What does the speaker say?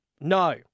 No